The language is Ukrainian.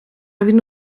він